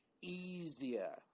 easier